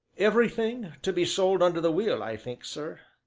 everything to be sold under the will, i think, sir?